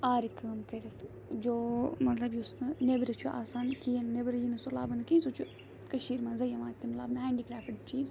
آرِ کٲم کٔرِتھ جو مطلب یُس نہٕ نیٚبرٕ چھُ آسان کِہیٖنۍ نیٚبرٕ ییٚیہِ نہٕ سُہ لَبنہٕ کیٚنٛہہ سُہ چھُ کٔشیٖر مَنٛزٕے یِوان تِم لَبنہٕ ہینٛڈی کرٛافٹٕکۍ چیٖز